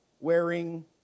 wearing